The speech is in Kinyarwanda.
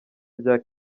bya